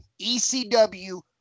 ECW